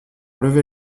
lever